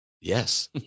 Yes